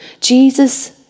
Jesus